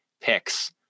picks